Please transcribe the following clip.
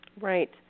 Right